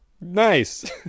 Nice